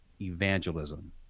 evangelism